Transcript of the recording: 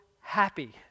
happy